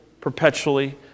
perpetually